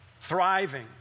thriving